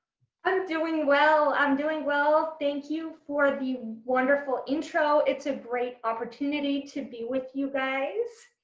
i'm doing well. i'm doing well. thank you for the wonderful intro. it's a great opportunity to be with you guys.